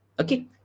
Okay